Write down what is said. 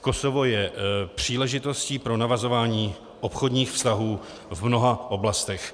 Kosovo je příležitostí pro navazování obchodních vztahů v mnoha oblastech.